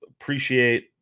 appreciate